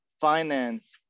finance